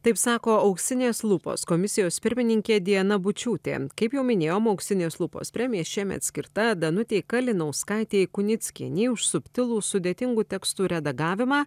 taip sako auksinės lupos komisijos pirmininkė diana bučiūtė kaip jau minėjom auksinės lupos premija šiemet skirta danutei kalinauskaitei kunickienei už subtilų sudėtingų tekstų redagavimą